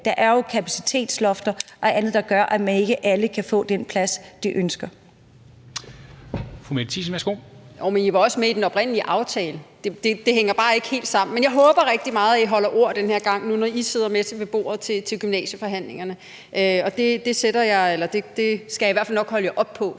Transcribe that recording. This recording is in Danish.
Der er jo kapacitetslofter og andet, der gør, at ikke alle kan få den plads, de ønsker. Kl. 19:56 Formanden (Henrik Dam Kristensen): Fru Mette Thiesen, værsgo. Kl. 19:56 Mette Thiesen (NB): Jo, men I var også med i den oprindelige aftale; det hænger bare ikke helt sammen. Men jeg håber rigtig meget, at I holder ord den her gang, når I nu sidder med ved bordet til gymnasieforhandlingerne. Det skal jeg i hvert fald nok holde jer op på,